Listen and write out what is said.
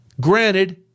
Granted